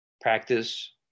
practice